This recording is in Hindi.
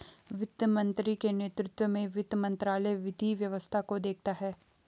वित्त मंत्री के नेतृत्व में वित्त मंत्रालय विधि व्यवस्था को देखता है